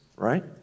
Right